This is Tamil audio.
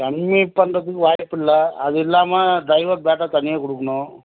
கம்மி பண்ணுறதுக்கு வாய்ப்பில்லை அது இல்லாமல் ட்ரைவர் பேட்டா தனியாக கொடுக்கணும்